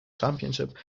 championship